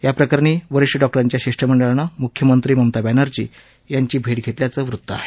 याप्रकरणी वरिष्ठ डॉक्टरांच्या शिफारसीमंडळानं मुख्यमंत्री ममता बॅनर्जी यांची भेट घेतल्याचं वृत्त आहे